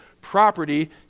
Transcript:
property